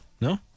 no